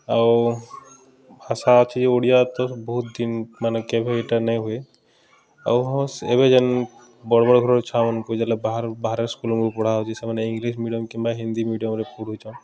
ଆଉ ଭାଷା ଅଛି ଯେ ଓଡ଼ିଆ ତ ବହୁତ୍ ଦିନ୍ ମାନେ କେଭେ ଇଟା ନାଇଁ ହୁଏ ଆଉ ହଁ ଏବେ ଯେନ୍ ବଡ଼୍ ବଡ଼୍ ଘର୍ର ଛୁଆମାନଙ୍କୁ ଯେ ବାହାରୁ ବାହାରେ ସ୍କୁଲ୍ମାନ୍କୁ ପଢ଼ା ହଉଚେ ସେମାନେ ଇଂଲିଶ୍ ମିଡ଼ିଅମ୍ କିମ୍ବା ହିନ୍ଦୀ ମିଡ଼ିଅମ୍ରେ ପଢ଼ୁଚନ୍